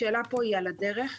השאלה היא על מה לעשות זאת.